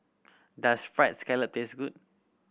does Fried Scallop taste good